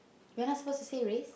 we're not suppose to say race